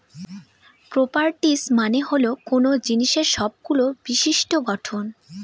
properties মানে হল কোনো জিনিসের সবগুলো বিশিষ্ট্য গঠন